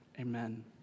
Amen